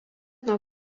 nuo